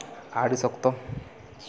ᱟᱹᱰᱤ ᱥᱚᱠᱛᱚ